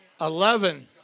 eleven